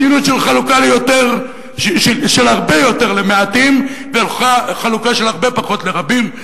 מדיניות של חלוקה של הרבה יותר למעטים וחלוקה של הרבה פחות לרבים.